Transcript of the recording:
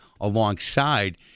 alongside